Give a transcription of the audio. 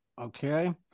Okay